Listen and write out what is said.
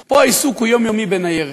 פה העיסוק הוא יומיומי בניירת.